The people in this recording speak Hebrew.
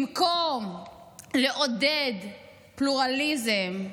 במקום לעודד פלורליזם,